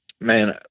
Man